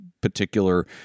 particular